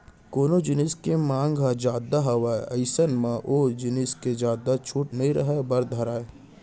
कोनो जिनिस के मांग ह जादा हावय अइसन म ओ जिनिस के जादा छूट नइ रहें बर धरय